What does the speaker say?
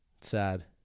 sad